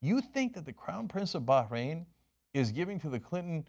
you think the crown prince of bahrain is giving to the clinton